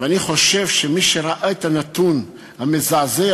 ואני חושב שמי שראה את הנתון המזעזע,